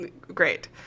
Great